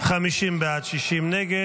50 בעד, 60 נגד.